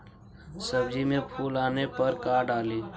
सब्जी मे फूल आने पर का डाली?